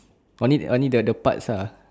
only only the the parts ah